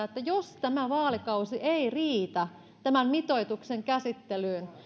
että jos tämä vaalikausi ei riitä tämän mitoituksen käsittelyyn